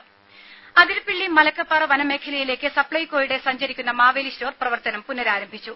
ദേദ അതിരപ്പിള്ളി മലക്കപ്പാറ വനമേഖലയിലേയ്ക്ക് സപ്പൈകോയുടെ സഞ്ചരിക്കുന്ന മാവേലി സ്റ്റോർ പ്രവർത്തനം പുനരാരംഭിച്ചു